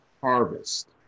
harvest